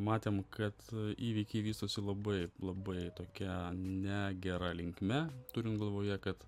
matėm kad įvykiai vystosi labai labai tokia negera linkme turint galvoje kad